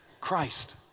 Christ